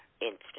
instance